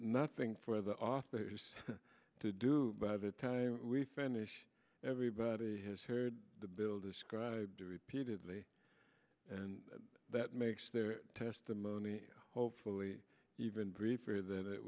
nothing for the author to do by the time we spend there everybody has heard the bill described repeatedly and that makes their testimony hopefully even briefer than it